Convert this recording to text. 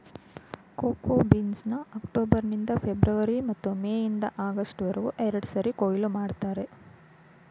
cocoa ಬೀನ್ಸ್ನ October ನಿಂದ February ಮತ್ತು ಮೇ ಇಂದ ಆಗಸ್ಟ್ ವರ್ಗೆ ಎರಡ್ಸಾರಿ ಕೊಯ್ಲು ಮಾಡ್ತರೆ